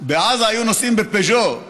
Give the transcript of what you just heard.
בעזה היו נוסעים בפיג'ו,